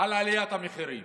על עליית המחירים